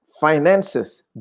finances